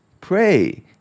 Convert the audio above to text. Pray